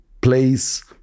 place